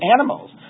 animals